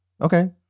okay